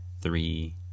three